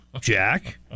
Jack